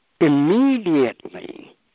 Immediately